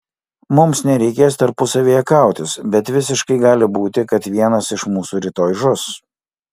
mums nereikės tarpusavyje kautis bet visiškai gali būti kad vienas iš mūsų rytoj žus